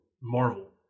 marvel